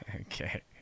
Okay